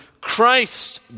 Christ